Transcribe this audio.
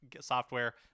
software